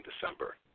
December